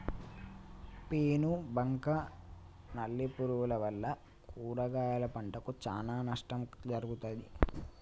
పేను బంక నల్లి పురుగుల వల్ల కూరగాయల పంటకు చానా నష్టం జరుగుతది